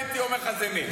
הייתי אומר לך זה נס.